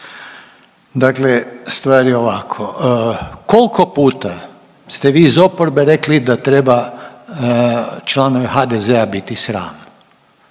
Dakle, stvar je ovako kolko puta ste vi iz oporbe rekli da treba članove HDZ-a biti sram?